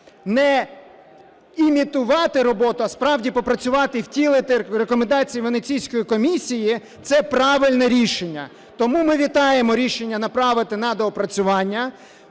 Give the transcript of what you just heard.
не імітувати роботу, а справді попрацювати і втілити рекомендації Венеційської комісії – це правильне рішення. Тому ми вітаємо рішення направити на доопрацювання.